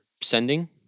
sending